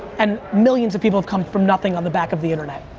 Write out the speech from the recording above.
and millions of people have come from nothing on the back of the internet.